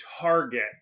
target